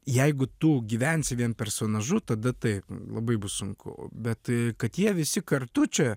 jeigu tu gyvensi vien personažu tada taip labai bus sunku bet tai kad jie visi kartu čia